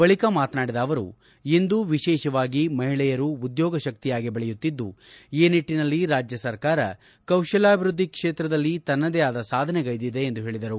ಬಳಿಕ ಮಾತನಾಡಿದ ಅವರು ಇಂದು ವಿಶೇಷವಾಗಿ ಮಹಿಳೆಯರು ಉದ್ಯೋಗ ಶಕ್ತಿಯಾಗಿ ಬೆಳೆಯುತ್ತಿದ್ದು ಈ ನಿಟ್ಟನಲ್ಲಿ ರಾಜ್ಯ ಸರ್ಕಾರ ಕೌಶಲ್ಭಾಭಿವೃದ್ದಿ ಕೇತ್ರದಲ್ಲಿ ತನ್ನದೇ ಆದ ಸಾಧನೆಗೈದಿದೆ ಎಂದು ಹೇಳಿದರು